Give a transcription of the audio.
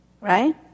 right